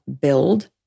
build